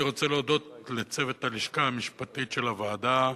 אני רוצה להודות לצוות הלשכה המשפטית של הוועדה: